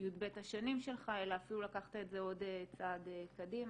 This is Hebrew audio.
י"ב השנים שלך אלא אפילו לקחת את זה עוד צעד קדימה,